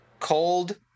cold